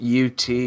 UT